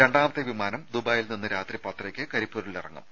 രണ്ടാമത്തെ വിമാനം ദുബായിയിൽ നിന്ന് രാത്രി പത്തരക്ക് കരിപ്പൂരിൽ ഇറങ്ങും